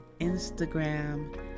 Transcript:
Instagram